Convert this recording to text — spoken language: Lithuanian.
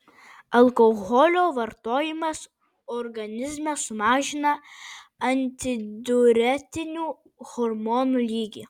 alkoholio vartojimas organizme sumažina antidiuretinių hormonų lygį